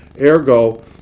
Ergo